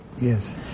Yes